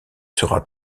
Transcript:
sera